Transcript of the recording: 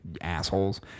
assholes